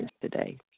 today